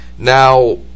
Now